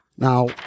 Now